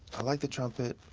i like the trumpet,